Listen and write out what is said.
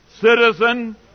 citizen